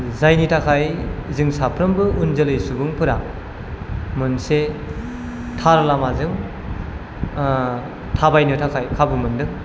जायनि थाखाय जों साफ्रामबो उन जोलै सुबुंफोरा मोनसे थार लामाजों थाबायनो थाखाय खाबु मोनदों